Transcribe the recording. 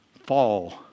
fall